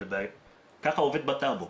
ככה זה עובד בטאבו.